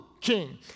king